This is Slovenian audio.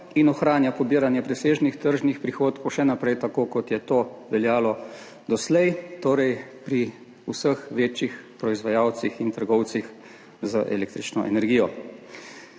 in ohranja pobiranje presežnih tržnih prihodkov še naprej, tako kot je to veljalo doslej, torej pri vseh večjih proizvajalcih in trgovcih z električno energijo.